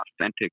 authentic